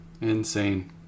Insane